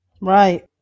right